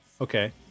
Okay